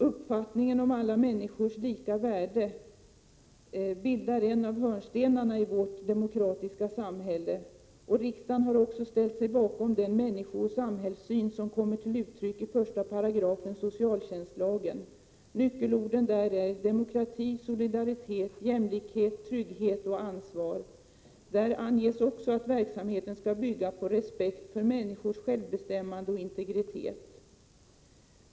Uppfattningen om alla människors lika värde bildar en av hörnstenarna i vårt demokratiska samhälle, och riksdagen har också ställt sig bakom den människooch samhällssyn som kommer till uttryck i 1 § i socialtjänstlagen. Nyckelorden där är demokrati, solidaritet, jämlikhet, trygghet och ansvar. Där anges också att verksamheten skall byggas på respekt för människors självbestämmande och integritet.